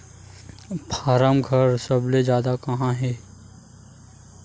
form घर सबले जादा कहां हे